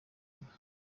iba